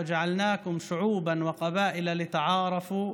וחילקנו אתכם לעמים ושבטים למען תבחינו ביניכם,